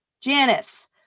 Janice